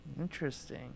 Interesting